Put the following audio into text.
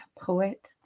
poet